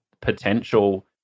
potential